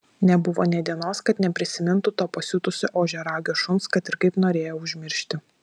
nebuvo nė dienos kad neprisimintų to pasiutusio ožiaragio šuns kad ir kaip norėjo užmiršti